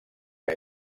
que